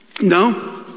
No